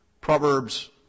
Proverbs